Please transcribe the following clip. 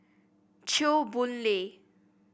Chew Boon Lay